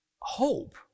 hope